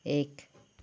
ଏକ